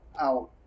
out